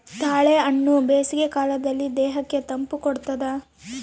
ತಾಳೆಹಣ್ಣು ಬೇಸಿಗೆ ಕಾಲದಲ್ಲಿ ದೇಹಕ್ಕೆ ತಂಪು ಕೊಡ್ತಾದ